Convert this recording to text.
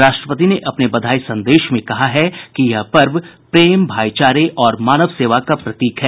राष्ट्रपति ने अपने बधाई संदेश में कहा है कि यह पर्व प्रेम भाईचारे और मानव सेवा का प्रतीक है